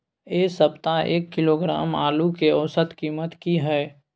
ऐ सप्ताह एक किलोग्राम आलू के औसत कीमत कि हय?